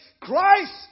Christ